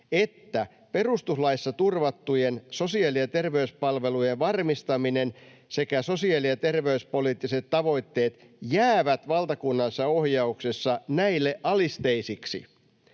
että perustuslaissa turvattujen sosiaali- ja terveyspalvelujen varmistaminen sekä sosiaali- ja terveyspoliittiset tavoitteet jäävät valtakunnallisessa ohjauksessa näille alisteisiksi.